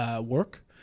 work